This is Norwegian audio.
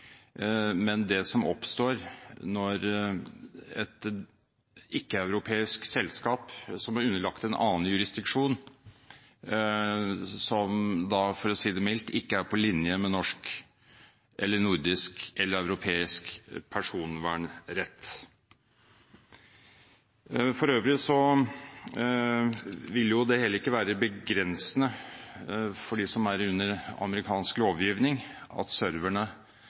men det som oppstår når et ikke-europeisk selskap, som er underlagt en annen jurisdiksjon, som, for å si det mildt, ikke er på linje med norsk, nordisk eller europeisk personvernrett. For øvrig vil det heller ikke være begrensende for dem som er under amerikansk lovgivning, at serverne